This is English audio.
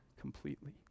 completely